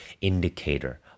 indicator